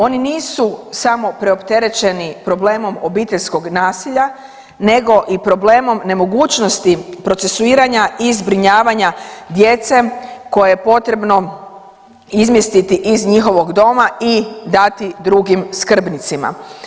Oni nisu samo preopterećeni problemom obiteljskog nasilja nego i problemom nemogućnosti procesuiranja i zbrinjavanja djece koje je potrebno izmjestiti iz njihovog doma i dati drugim skrbnicima.